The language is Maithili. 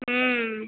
हुँ